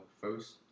first